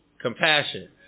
compassion